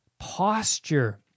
posture